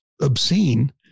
obscene